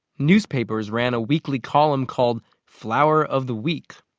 newspapers ran a weekly column called flower of the week.